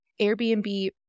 Airbnb